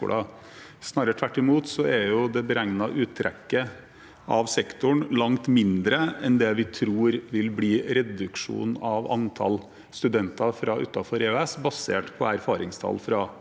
Snarere tvert imot er det beregnede uttrekket av sektoren langt mindre enn det vi tror vil bli reduksjonen i antall studenter fra utenfor EØS, basert på erfaringstall fra Sverige.